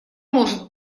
может